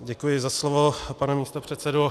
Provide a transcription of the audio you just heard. Děkuji za slovo, pane místopředsedo.